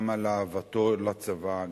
גם לאהבתו לצבא,